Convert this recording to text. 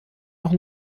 nach